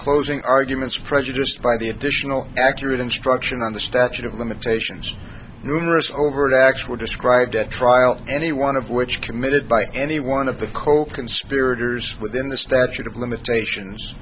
closing arguments prejudiced by the additional accurate instruction on the statute of limitations numerous overt acts were described at trial any one of which committed by any one of the coconspirators within the statute of limitations